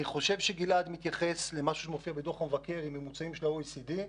אני חושב שגלעד מתייחס למה שמופיע בדוח המבקר לגבי ממוצעים של ה-OECD.